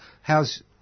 how's